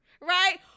right